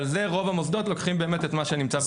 רוב המוסדות לוקחים את מה שנמצא בחוק.